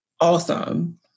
awesome